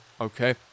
okay